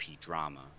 drama